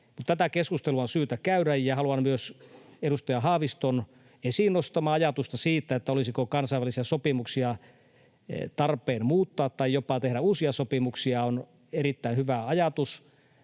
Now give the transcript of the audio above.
tätä keskustelua on syytä käydä, Ja myös edustaja Haaviston esiin nostama ajatus siitä, olisiko kansainvälisiä sopimuksia tarpeen muuttaa tai jopa tehdä uusia sopimuksia, on erittäin hyvä ajatus,